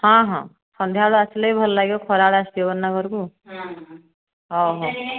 ହଁ ହଁ ସନ୍ଧ୍ୟାବେଳେ ଆସିଲେ ବି ଭଲ ଲାଗିବ ଖରାବେଳେ ଆସି ହେବନି ନା ଘରକୁ ହଉ ହଉ